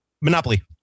Monopoly